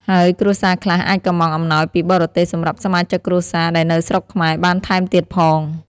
ហើយគ្រួសារខ្លះអាចកុម្ម៉ង់អំណោយពីបរទេសសម្រាប់សមាជិកគ្រួសារដែលនៅស្រុកខ្មែរបានថែមទៀតផង។